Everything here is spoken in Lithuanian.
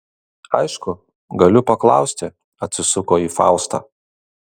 aišku galiu paklausti atsisuko į faustą